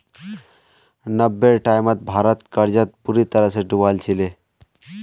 नब्बेर टाइमत भारत कर्जत बुरी तरह डूबाल छिले